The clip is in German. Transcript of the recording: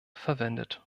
verwendet